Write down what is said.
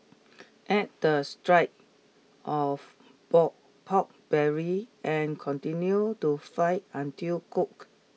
add the strips of pork pork belly and continue to fry until cooked